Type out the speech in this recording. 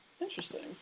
Interesting